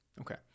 Okay